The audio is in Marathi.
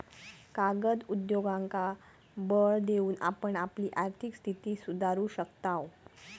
कागद उद्योगांका बळ देऊन आपण आपली आर्थिक स्थिती सुधारू शकताव